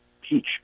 peach